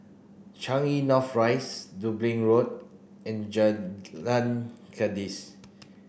Changi North Rise Dublin Road and Jalan Kandis